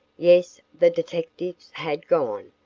yes, the detectives had gone,